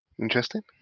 Interesting